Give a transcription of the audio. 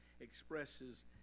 expresses